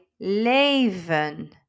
leven